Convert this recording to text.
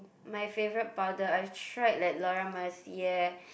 my favorite powder I've tried like Laura-Mercier eh